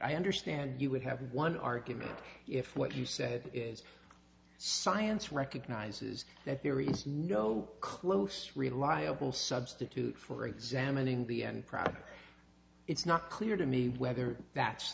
i understand you would have one argument if what you said is science recognizes that there is no close reliable substitute for examining the end product it's not clear to me whether that's